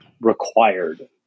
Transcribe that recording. required